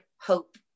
hope